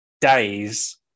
days